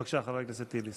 בבקשה, חבר הכנסת טיבי.